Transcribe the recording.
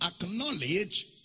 acknowledge